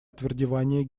отвердевание